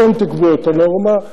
אתם תקבעו את הנורמה.